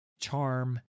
charm